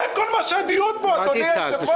על זה כל הדיון פה, אדוני היושב-ראש.